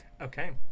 okay